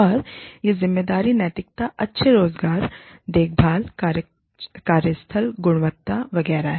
और ये ज़िम्मेदारी नैतिकता अच्छे रोज़गार देखभाल कार्यस्थल गुणवत्ता वगैरह हैं